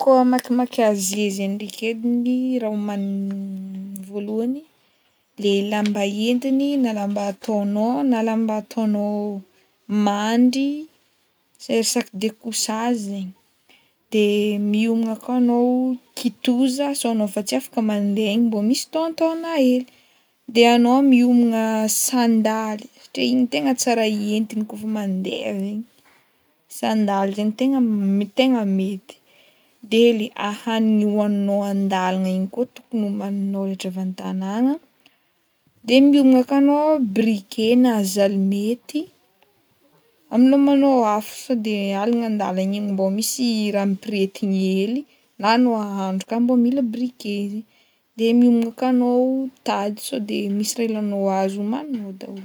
Kô hamakimaky Azia zegny ndraiky ediny raha homagny voalohany le lamba entiny na lamba ataonao na lamba ataonao mandry sy ery sac de couchage zegny de miomagna koa anao kitoza sao anao efa tsy afaka mandeha igny mbô misy tôhantôhana hely, de anao miomagna sandaly satria igny tegna tsara ihentigny kaofa mandeha zegny, sandaly zegny tegna m- tegna mety, de le ahanigny hoaninao an-dalana igny koa tokony homaninao rehetra avy an-tanâgna de miomagna ka anao briquet na zalimety hamelomanao afo sao de aligna an-dalana egny mbô misy raha ampirehetigny hely na anao mahandra ka mbô mila briquet zegny de miomagna ka anao tady sao de misy raha ilainao azy homaninao daholo.